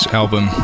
album